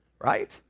right